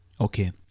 okay